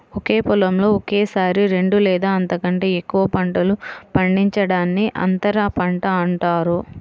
ఒకే పొలంలో ఒకేసారి రెండు లేదా అంతకంటే ఎక్కువ పంటలు పండించడాన్ని అంతర పంట అంటారు